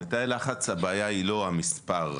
בתאי לחץ הבעיה היא לא רק המספר.